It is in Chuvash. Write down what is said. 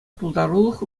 пултарулӑх